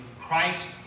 Christ